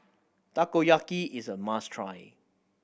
takoyaki is a must try